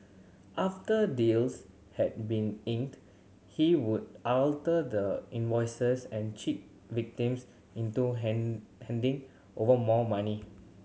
after deals had been inked he would alter the invoices and cheat victims into hand handing over more money